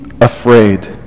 afraid